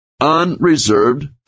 unreserved